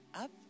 up